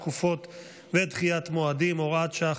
חוק הארכת תקופות ודחיית מועדים (הוראת שעה,